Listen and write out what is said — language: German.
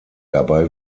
dabei